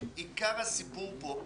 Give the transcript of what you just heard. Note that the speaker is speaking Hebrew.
אני חושב שעיקר הסיפור פה,